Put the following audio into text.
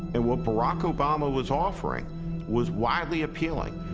and what barack obama was offering was widely appealing.